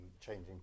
changing